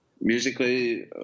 Musically